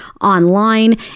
online